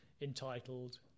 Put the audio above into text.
entitled